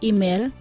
Email